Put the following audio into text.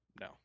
No